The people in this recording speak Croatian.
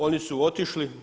Oni su otišli.